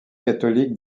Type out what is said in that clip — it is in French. catholique